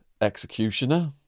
executioner